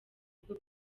bwo